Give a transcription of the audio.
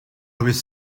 was